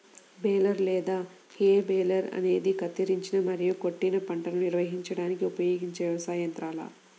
baler లేదా hay baler అనేది కత్తిరించిన మరియు కొట్టిన పంటను నిర్వహించడానికి ఉపయోగించే వ్యవసాయ యంత్రాల